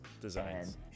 designs